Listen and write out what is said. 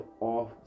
off